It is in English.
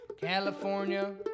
California